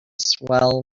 swell